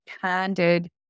candid